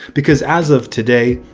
because as of today,